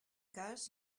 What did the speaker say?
cas